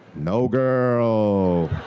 no girl.